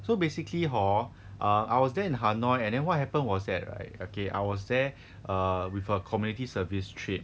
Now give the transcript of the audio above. so basically hor err I was there in hanoi and then what happen was that right okay I was there err with a community service trip